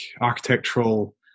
architectural